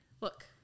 Look